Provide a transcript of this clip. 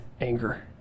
anger